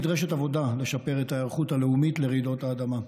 נדרשת עבודה לשפר את ההיערכות הלאומית לרעידות האדמה.